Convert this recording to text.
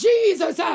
Jesus